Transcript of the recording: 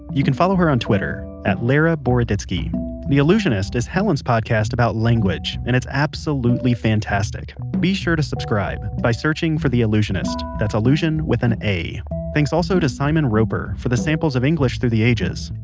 you can follow her work on twitter at leraboroditsky the allusionist is helen's podcast about language, and it's absolutely fantastic. be sure to subscribe by searching for the allusionist. that's allusion with an a thanks also to simon roper, for the samples of english through the ages,